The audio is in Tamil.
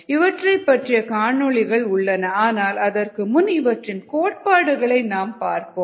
இவற்றைப் பற்றிய காணொளிகள் உள்ளன ஆனால் அதற்கு முன் இவற்றின் கோட்பாடுகளை நாம் பார்ப்போம்